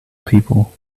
people